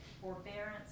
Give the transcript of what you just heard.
forbearance